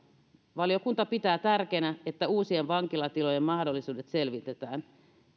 valiokunta pitää tärkeänä että uusien vankilatilojen mahdollisuudet selvitetään